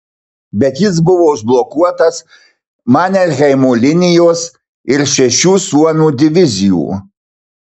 bet jis buvo užblokuotas manerheimo linijos ir šešių suomių divizijų